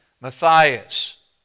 Matthias